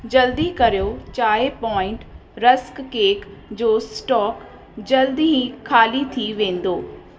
जल्दी कयो चांहि पॉइंट रस्क केक जो स्टॉक जल्द ई खाली थी वेंदो